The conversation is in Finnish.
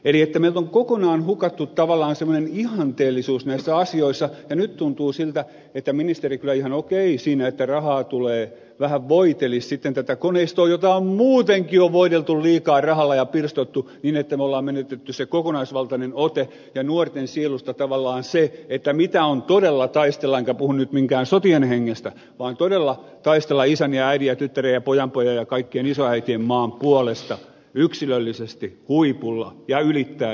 eli meiltä on kokonaan hukattu tavallaan semmoinen ihanteellisuus näissä asioissa ja nyt tuntuu siltä että ministeri kyllä ihan okei että rahaa tulee vähän voitelisi sitten tätä koneistoa jota on muutenkin jo voideltu liikaa rahalla ja pirstottu niin että me olemme menettäneet sen kokonaisvaltaisen otteen ja nuorten sielusta tavallaan sen että mitä on todella taistella enkä puhu nyt minkään sotien hengestä vaan todella taistella isän ja äidin ja tyttären ja pojanpojan ja kaikkien isoäitien maan puolesta yksilöllisesti huipulla ja ylittää itsensä